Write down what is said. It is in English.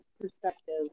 perspective